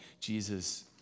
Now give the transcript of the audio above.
Jesus